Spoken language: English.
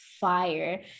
fire